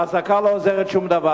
האזעקה לא עוזרת כלל.